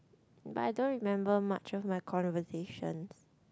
but I don't remember much of my conversation